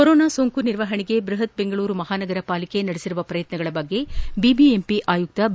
corona ಸೋಂಕು ನಿರ್ವಹಣೆಗೆ ಬೃಹತ್ ಬೆಂಗಳೂರು ಮಹಾನಗರ ಪಾಲಿಕೆ ನಡೆಸಿರುವ ಪ್ರಯತ್ನಗಳ ಬಗ್ಗೆ ಬಿಬಿಎಂಪಿ ಆಯುಕ್ತರು ಬಿ